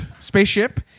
spaceship